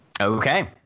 Okay